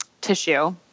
tissue